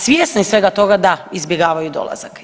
A svjesni svega toga da izbjegavaju dolazak.